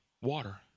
water